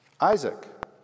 Isaac